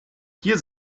hier